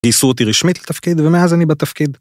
גייסו אותי רשמית לתפקיד ומאז אני בתפקיד.